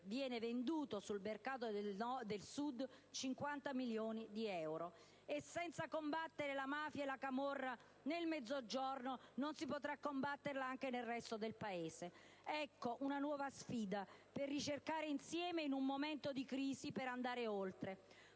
venduti nel mercato del Sud; senza combattere la mafia e la camorra nel Mezzogiorno non si potrà combatterle anche nel resto del Paese. Ecco, una nuova sfida: ricercare insieme in un momento di crisi come andare oltre,